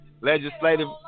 legislative